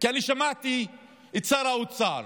אני שמעתי את שר האוצר